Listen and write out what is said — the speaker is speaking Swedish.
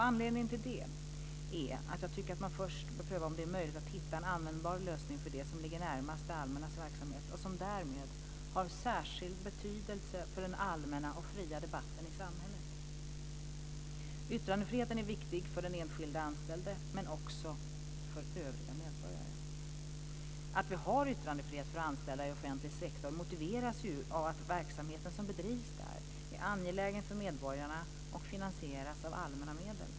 Anledningen till det är att jag tycker att man först bör pröva om det är möjligt att hitta en användbar lösning för det som ligger närmast det allmännas verksamhet och som därmed har särskild betydelse för den allmänna och fria debatten i samhället. Yttrandefriheten är viktig för den enskilde anställde men också för övriga medborgare. Att vi har yttrandefrihet för anställda i offentlig sektor motiveras ju av att verksamheten som bedrivs där är angelägen för medborgarna och finansieras av allmänna medel.